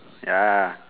ya